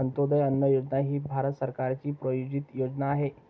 अंत्योदय अन्न योजना ही भारत सरकारची प्रायोजित योजना आहे